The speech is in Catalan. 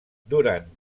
durant